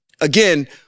again